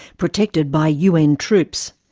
protected by un troops.